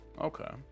Okay